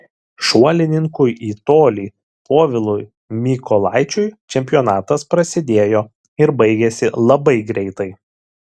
šuolininkui į tolį povilui mykolaičiui čempionatas prasidėjo ir baigėsi labai greitai